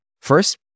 first